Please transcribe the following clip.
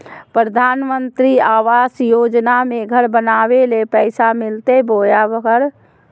प्रधानमंत्री आवास योजना में घर बनावे ले पैसा मिलते बोया घर?